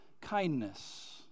kindness